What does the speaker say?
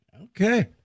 Okay